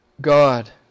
God